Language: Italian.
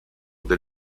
del